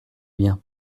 bien